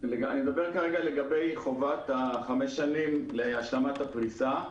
אני מדבר על חובת השלמת הפריסה בתוך חמש שנים.